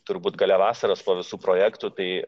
turbūt gale vasaros po visų projektų tai